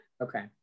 okay